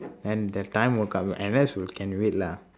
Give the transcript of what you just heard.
and the time will come N_S can wait lah